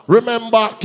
Remember